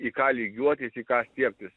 į ką lygiuotis į ką stiebtis